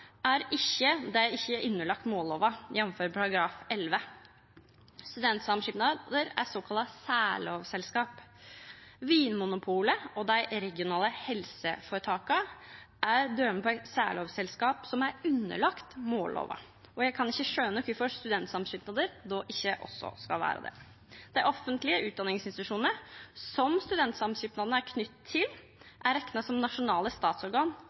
er såkalla særlovsselskap. Vinmonopolet og dei regionale helseføretaka er døme på særlovsselskap som er underlagde mållova, og eg kan ikkje skjøna kvifor studentsamskipnadene då ikkje også skal vera det. Dei offentlege utdanningsinstitusjonane, som studentsamskipnadene er knytte til, er rekna som nasjonale statsorgan